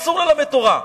אסור ללמד תורה.